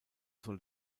soll